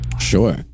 Sure